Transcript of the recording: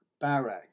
Barak